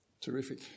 Terrific